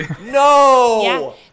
no